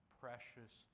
precious